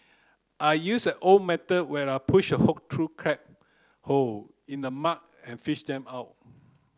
I use an old method where I push a hook through crab hole in the mud and fish them out